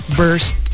burst